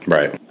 Right